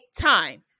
time